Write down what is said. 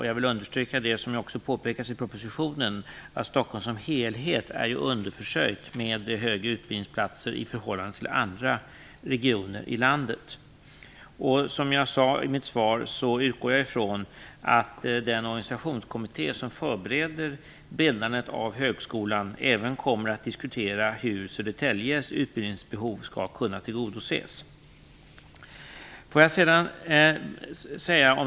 Jag vill understryka att Stockholm som helhet är underförsörjd vad gäller högre utbildningsplatser i förhållande till andra regioner i landet. Detta påpekas också i propositionen. Som jag sade i mitt svar utgår jag ifrån att den organisationskommitté som förbereder bildandet av högskolan även kommer att diskutera hur Södertäljes utbildningsbehov skall kunna tillgodoses.